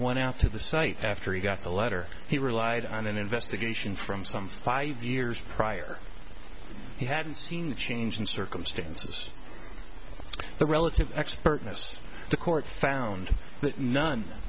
went out to the site after he got the letter he relied on an investigation from some five years prior he had seen a change in circumstances of the relative expertness the court found that none